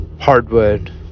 hardwood